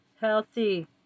healthy